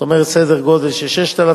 זאת אומרת, סדר גודל של 6,000,